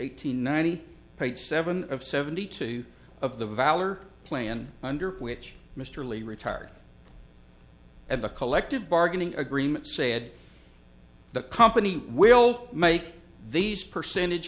hundred ninety page seven of seventy two of the valor plan under which mr li retired at the collective bargaining agreement said the company will make these percentage